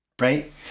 right